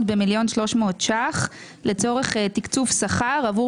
במיליון ו-300 אלף שקלים לצורך תקצוב שכר עבור